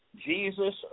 Jesus